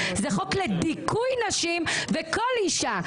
זה חוק לדיכוי נשים וכל אישה.